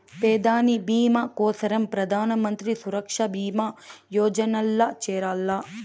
పెదాని బీమా కోసరం ప్రధానమంత్రి సురక్ష బీమా యోజనల్ల చేరాల్ల